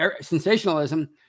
sensationalism